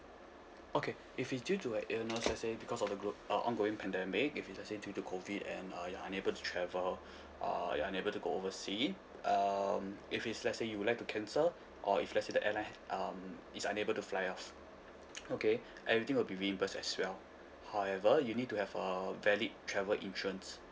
okay if it's due to like illness let's say because of the group uh ongoing pandemic if it let's say due to COVID and uh you're unable to travel uh you're unable to go oversea um if it's let's say you would like to cancel or if let's say the airline um is unable to fly off okay everything will be reimbursed as well however you need to have a valid travel insurance